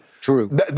True